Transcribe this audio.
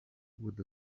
with